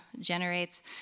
generates